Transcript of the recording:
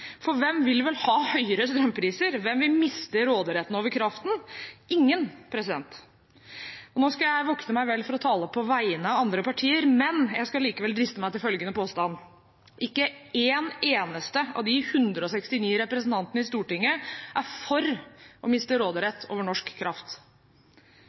for hvem vil vel ha høyere strømpriser, og hvem vil vel miste råderetten over kraften? Ingen. Nå skal jeg vokte meg vel for å tale på vegne av andre partier, men jeg skal likevel driste meg til følgende påstand: Ikke en eneste av de 169 representantene i Stortinget er for å miste